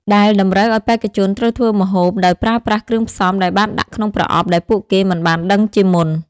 ដែលតម្រូវឲ្យបេក្ខជនត្រូវធ្វើម្ហូបដោយប្រើប្រាស់គ្រឿងផ្សំដែលបានដាក់ក្នុងប្រអប់ដែលពួកគេមិនបានដឹងជាមុន។